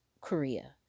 Korea